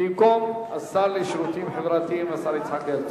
במקום השר לשירותים חברתיים, השר יצחק הרצוג.